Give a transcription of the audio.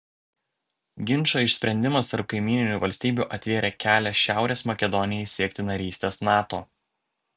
ginčo išsprendimas tarp kaimyninių valstybių atvėrė kelią šiaurės makedonijai siekti narystės nato